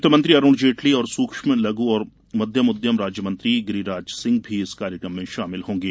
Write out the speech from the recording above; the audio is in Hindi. वित्तमंत्री अरुण जेटली और सूक्ष्म लघु और मध्यम उद्यम राज्य मंत्री गिरीराज सिंह भी इस कार्यक्रम में शामिल होंगे